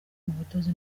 ubudozi